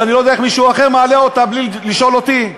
אז אני לא יודע איך מישהו אחר מעלה אותה בלי לשאול אותי.